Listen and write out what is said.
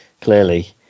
clearly